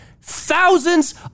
thousands